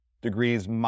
degrees